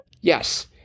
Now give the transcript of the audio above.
Yes